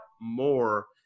more